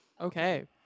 Okay